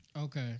Okay